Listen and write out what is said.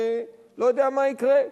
לא יודע מה יקרה,